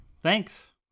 Thanks